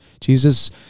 Jesus